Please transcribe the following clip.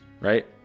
Right